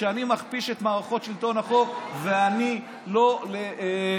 שאני מכפיש את מערכות שלטון החוק ושאני לא ממלכתי,